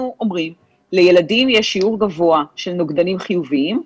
אומרים יש שיעור גבוה של נוגדנים חיוביים,